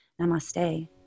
Namaste